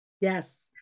Yes